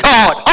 God